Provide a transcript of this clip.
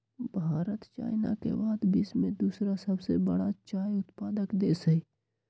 Bharat China के बाद विश्व में दूसरा सबसे बड़का चाय उत्पादक देश हई